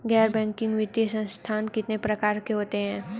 गैर बैंकिंग वित्तीय संस्थान कितने प्रकार के होते हैं?